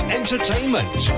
entertainment